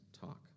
talk